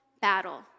battle